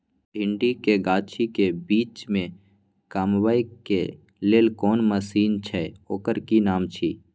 भिंडी के गाछी के बीच में कमबै के लेल कोन मसीन छै ओकर कि नाम छी?